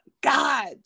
God